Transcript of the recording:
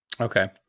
okay